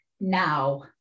now